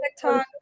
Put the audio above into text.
TikTok